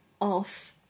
Off